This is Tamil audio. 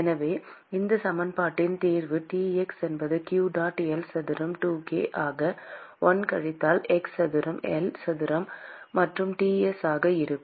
எனவே இந்த சமன்பாட்டின் தீர்வு Tx என்பது q dot L சதுரம் 2k ஆக 1 கழித்தல் x சதுரம் L சதுரம் மற்றும் T s ஆக இருக்கும்